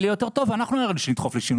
יהיה יותר טוב אנחנו אלה שנדחף לשינוי.